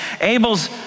Abel's